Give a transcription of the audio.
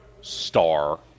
star